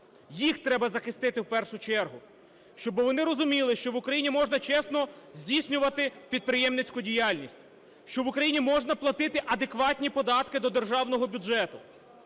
Їх треба захистити в першу чергу. Щоби вони розуміли, що в Україні можна чесно здійснювати підприємницьку діяльність, що в Україні можна платити адекватні податки до державного бюджету,